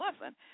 Listen